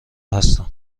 هستن